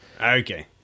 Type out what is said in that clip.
Okay